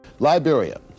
Liberia